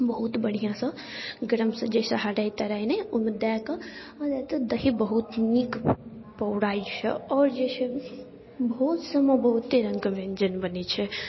बहुत बढ़िआँसँ गरमसँ जाहिसँ हराइ तराइ नहि ओहिमे दऽ कऽ दही बहुत नीक पौराइ छै आओर जे छै भोज सबमे बहुते रङ्गके व्यञ्जन बनै छै